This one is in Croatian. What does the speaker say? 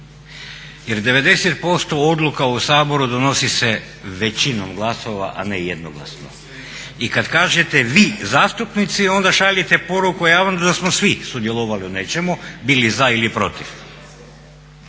Jer 90% odluka u Saboru donosi se većinom glasova a ne jednoglasno. I kada kažete vi zastupnici onda šaljete poruku javnosti da smo svi sudjelovali u nečemu, bili za ili protiv.